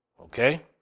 okay